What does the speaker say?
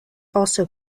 also